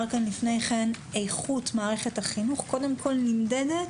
כאן לפני כן איכות מערכת החינוך קודם כול נמדדת